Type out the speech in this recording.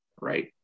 Right